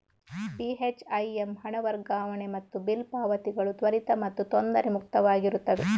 ಬಿ.ಹೆಚ್.ಐ.ಎಮ್ ಹಣ ವರ್ಗಾವಣೆ ಮತ್ತು ಬಿಲ್ ಪಾವತಿಗಳು ತ್ವರಿತ ಮತ್ತು ತೊಂದರೆ ಮುಕ್ತವಾಗಿರುತ್ತವೆ